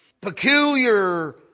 peculiar